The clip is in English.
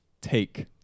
take